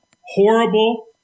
horrible